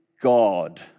God